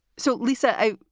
so, lisa, i.